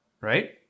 right